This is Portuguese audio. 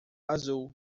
azul